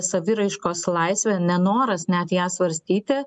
saviraiškos laisvę nenoras net ją svarstyti